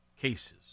cases